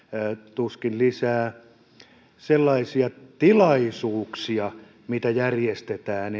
tuskin lisää sellaisia tilaisuuksia mitä järjestetään